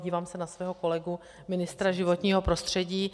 Dívám se na svého kolegu ministra životního prostředí.